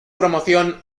promoción